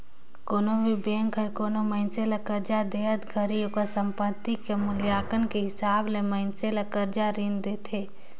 कोनो भी बेंक हर कोनो मइनसे ल करजा देहत घरी ओकर संपति के मूल्यांकन के हिसाब ले मइनसे ल करजा रीन देथे